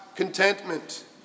Contentment